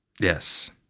yes